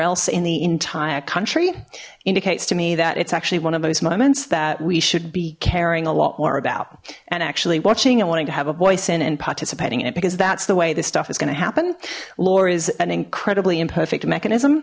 else in the entire country indicates to me that it's actually one of those moments that we should be carrying a lot more about and actually watching and wanting to have a voice in and participating in it because that's the way this stuff is going to happen lore is an incredibly imperfect